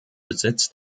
besitz